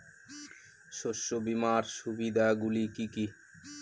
শস্য বীমার সুবিধা গুলি কি কি?